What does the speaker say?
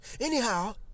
Anyhow